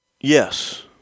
Yes